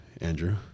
Andrew